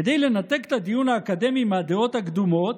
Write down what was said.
כדי לנתק את הדיון האקדמי מהדעות הקדומות,